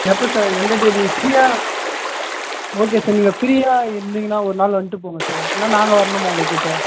எப்போ சார் எந்த டேட் நீங்கள் ஃப்ரியாக ஓகே சார் நீங்கள் ஃப்ரியாக இருந்திங்கனா ஒரு நாள் வந்துட்டு போங்க சார் இல்லை நாங்கள் வரணுமா உங்கள் கிட்டே